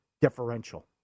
differential